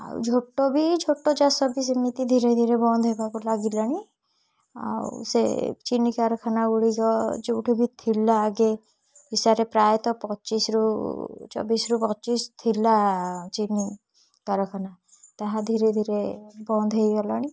ଆଉ ଝୋଟ ବି ଝୋଟ ଚାଷ ବି ସେମିତି ଧୀରେ ଧୀରେ ବନ୍ଦ ହେବାକୁ ଲାଗିଲାଣି ଆଉ ସେ ଚିନି କାରଖାନା ଗୁଡ଼ିକ ଯୋଉଠି ବି ଥିଲା ଆଗେ ଓଡ଼ିଶାରେ ପ୍ରାୟତଃ ପଚିଶରୁ ଚବିଶରୁ ପଚିଶ ଥିଲା ଚିନି କାରଖାନା ତାହା ଧୀରେ ଧୀରେ ବନ୍ଦ ହେଇଗଲାଣି